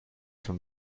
from